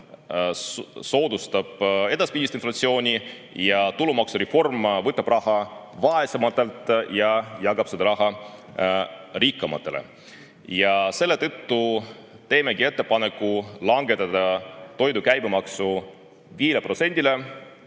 soodustab edaspidi inflatsiooni ning tulumaksureform võtab raha vaesematelt ja jagab seda rikkamatele. Selle tõttu teeme ettepaneku langetada toidu käibemaksu 5%-le. See